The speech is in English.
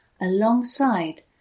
alongside